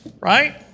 right